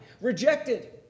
rejected